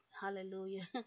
Hallelujah